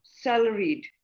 salaried